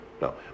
no